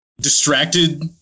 distracted